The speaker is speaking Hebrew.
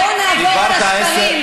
בואו נעבור על השקרים,